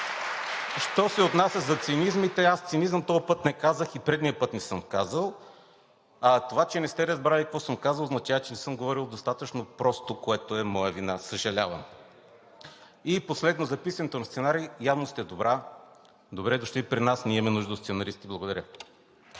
Що се отнася за цинизмите. Аз цинизъм този път не казах и предния път не съм казал, а това, че не сте разбрали какво съм казал, означава, че не съм говорил достатъчно просто, което е моя вина. Съжалявам. И последно – за писането на сценарии. Явно сте добра. Добре дошли при нас! Ние имаме нужда от сценаристи. Благодаря.